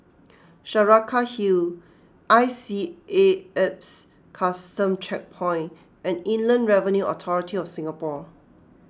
Saraca Hill I C A Alps Custom Checkpoint and Inland Revenue Authority of Singapore